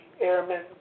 Airmen